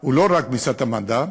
הוא לא רק משרד המדע,